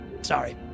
Sorry